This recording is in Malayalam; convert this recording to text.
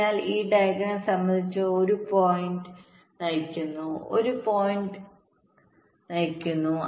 അതിനാൽ ഈ ഡയഗ്രം സംബന്ധിച്ച് ഒരു പോയിന്റ് ഈ പോയിന്റ് നയിക്കുന്നു ഒരു പോയിന്റ് ഇത് നയിക്കുന്നു